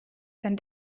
dann